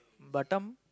Batam